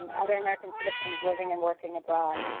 other american citizens living and working abroad,